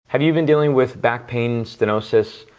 have you been dealing with back pain, stenosis,